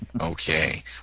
Okay